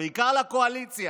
בעיקר לקואליציה: